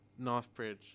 Northbridge